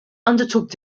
undertook